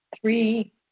Three